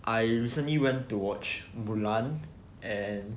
I recently went to watch mulan and